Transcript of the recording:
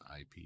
IP